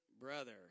brother